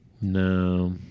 No